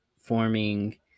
forming